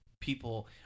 people